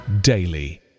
daily